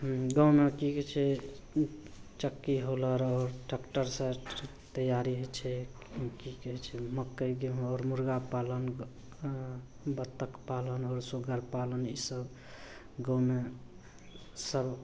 हुँ गाममे कि कहै छै चक्की होल आओर ट्रैक्टरसे तैआरी होइ छै कि कहै छै मकइ गेहूँ आओर मुरगा पालन बत्तख पालन आओर सुग्गर पालन ई सब गाममे सब